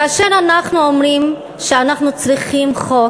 כאשר אנחנו אומרים שאנחנו צריכים חוק